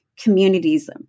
communities